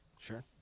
sure